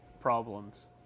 problems